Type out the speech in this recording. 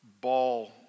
ball